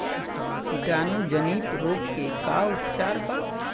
कीटाणु जनित रोग के का उपचार बा?